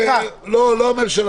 לא, לא, הממשלה.